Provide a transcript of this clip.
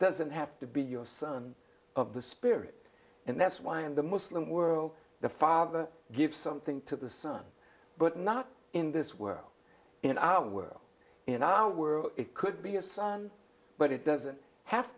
doesn't have to be your son of the spirit and that's why in the muslim world the father gives something to the son but not in this well in our world in our world it could be a son but it doesn't have